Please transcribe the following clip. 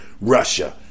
Russia